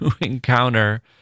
encounter